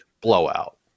blowout